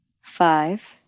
Five